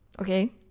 okay